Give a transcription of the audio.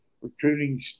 recruiting